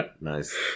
Nice